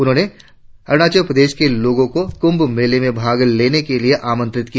उन्होंने अरुणाचल प्रदेश के लोगों को कुंभ मेले में भाग लेने के लिए आमंत्रित किया